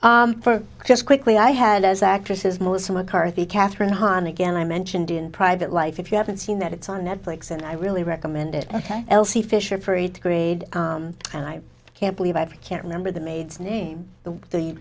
them for just quickly i had as actresses melissa mccarthy katherine hahn again i mentioned in private life if you haven't seen that it's on netflix and i really recommend it ok elsie fisher for eighth grade and i can't believe i can't remember the maids name the the